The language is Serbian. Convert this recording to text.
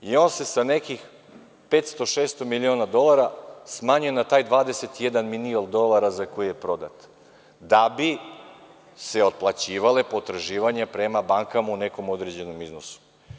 On se sa nekih 500, 600 miliona dolara smanjuje na taj 21 milion dolara za koji je prodat, da bi se otplaćivala potraživanja prema bankama u nekom određenom iznosu.